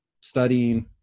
studying